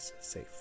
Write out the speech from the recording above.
safe